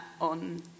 on